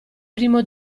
primo